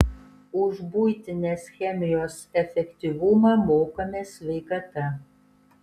už buitinės chemijos efektyvumą mokame sveikata